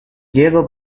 diego